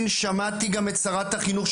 שמעתי גם את שרת החינוך,